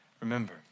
Remember